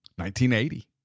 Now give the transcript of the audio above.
1980